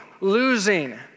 losing